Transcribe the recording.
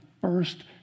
first